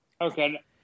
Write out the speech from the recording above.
Okay